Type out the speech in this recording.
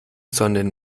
sondern